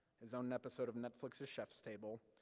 his own episode of netflix's chef's table,